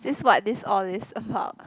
this what this all is about